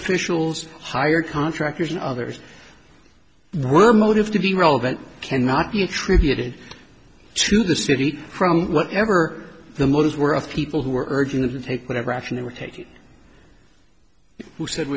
officials hired contractors and others were motives to be relevant cannot be attributed to the city from whatever the motives were of people who are urging them to take whatever action they were taking who said